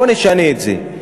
בוא נשנה את זה,